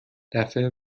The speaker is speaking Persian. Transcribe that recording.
دفعه